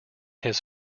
his